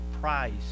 price